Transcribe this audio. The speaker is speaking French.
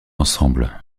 ensemble